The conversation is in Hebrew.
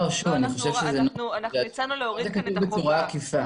הצענו להוריד כאן את החובה.